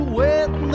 wait